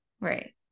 Right